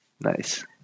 Nice